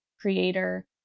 creator